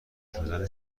شدن